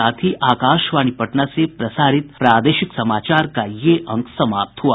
इसके साथ ही आकाशवाणी पटना से प्रसारित प्रादेशिक समाचार का ये अंक समाप्त हुआ